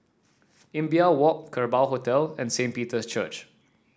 Imbiah Walk Kerbau Hotel and Saint Peter's Church